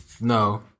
No